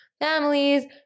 families